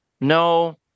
no